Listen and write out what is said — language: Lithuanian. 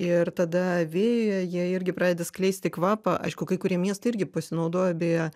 ir tada vėjuje jie irgi pradeda skleisti kvapą aišku kai kurie miestai irgi pasinaudojo beje